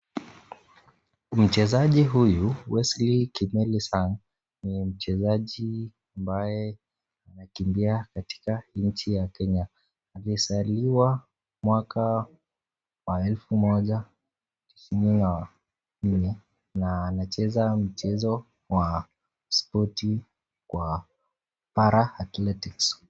Mchezaji huyu Wesley Kimilisang ni mchezaji ambaye anakimbia katika nchi ya Kenya, amezaliwa mwaka wa elfu moja kumi na nne na anacheza mchezo wa spoti kwa Para Athletics.